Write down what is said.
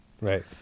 Right